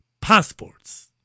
passports